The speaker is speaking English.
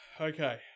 Okay